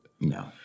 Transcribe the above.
No